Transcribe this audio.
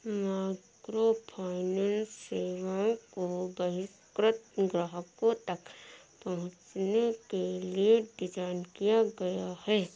microfinance सेवाओं को बहिष्कृत ग्राहकों तक पहुंचने के लिए डिज़ाइन किया गया है